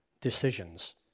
decisions